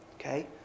Okay